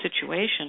situation